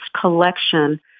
collection